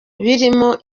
birimo